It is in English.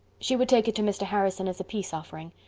she would take it to mr. harrison as a peace offering.